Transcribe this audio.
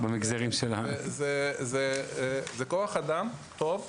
זה כוח אדם טוב,